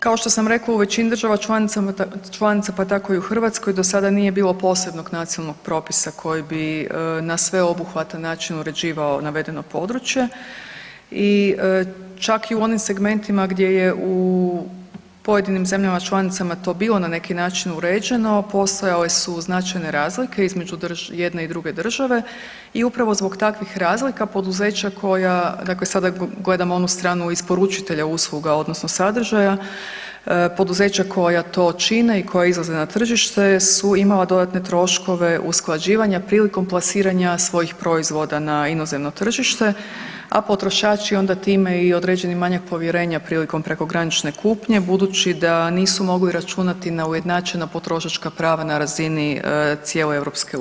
Kao što sam rekla, u većini država članica pa tako i u Hrvatskoj, do sada nije bilo posebnog nacionalnog propisa koji bi na sveobuhvatan način uređivao navedeno područje i čak i u onim segmentima gdje je u pojedinim zemljama članicama to bilo ne neki način uređeno, postojale su značajne razlike između jedne i druge države i upravo zbog takvih razlika, poduzeća koja dakle sada gledamo onu stranu isporučitelja usluga, odnosno sadržaja, poduzeća koja to čine i koja izlaze na tržište su imala dodatne troškove usklađivanja prilikom plasiranja svojih proizvoda na inozemno tržište, a potrošači onda time i određeni manjak povjerenja prilikom prekogranične kupnje budući da nisu mogli računati na ujednačena potrošačka prava na razini cijele EU.